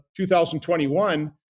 2021